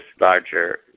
larger